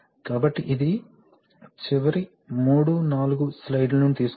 కాబట్టి ఇది చివరి మూడు నాలుగు స్లైడ్ల నుండి తీసుకున్నది